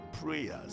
prayers